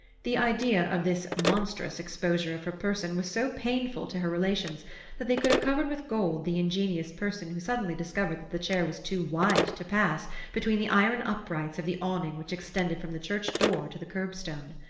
the idea of this monstrous exposure of her person was so painful to her relations that they could have covered with gold the ingenious person who suddenly discovered that the chair was too wide to pass between the iron uprights of the awning which extended from the church door to the curbstone.